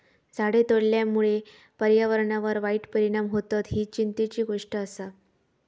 झाडे तोडल्यामुळे पर्यावरणावर वाईट परिणाम होतत, ही चिंतेची गोष्ट आसा